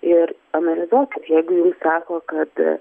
ir analizuokit jeigu jums sako kad